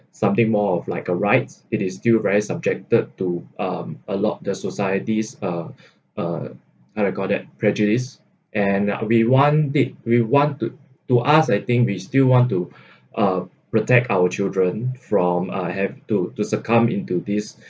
something more of like a rights it is still very subjected to um a lot the societies uh uh what we call that prejudice and we want it we want it to us I think we still want to uh protect our children from uh have to to succumb into this